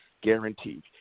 guaranteed